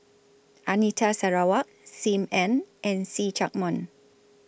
Anita Sarawak SIM Ann and See Chak Mun